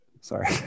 Sorry